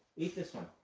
eat this one.